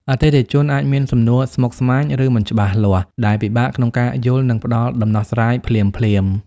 អតិថិជនអាចមានសំណួរស្មុគស្មាញ ឬមិនច្បាស់លាស់ ដែលពិបាកក្នុងការយល់ និងផ្ដល់ដំណោះស្រាយភ្លាមៗ។